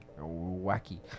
Wacky